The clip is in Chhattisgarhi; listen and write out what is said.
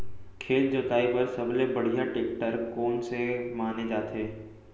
खेत जोताई बर सबले बढ़िया टेकटर कोन से माने जाथे?